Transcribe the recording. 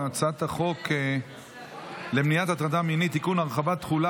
הצעת חוק למניעת הטרדה מינית (תיקון,